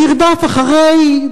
ועל חוסר הימניות שלכם במרדף אחרי הרוח,